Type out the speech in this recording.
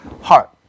heart